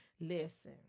Listen